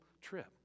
trip